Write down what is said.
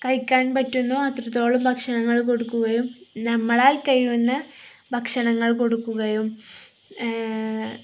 കഴിക്കാൻ പറ്റുന്നോ അത്രത്തോളം ഭക്ഷണങ്ങള് കൊടുക്കുകയും നമ്മളാൽ കഴിയുന്ന ഭക്ഷണങ്ങൾ കൊടുക്കുകയും